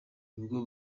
nibwo